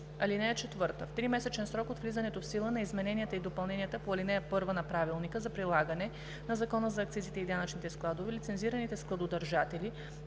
(4) В тримесечен срок от влизането в сила на измененията и допълненията по ал. 1 на правилника за прилагане на Закона за акцизите и данъчните складове лицензираните складодържатели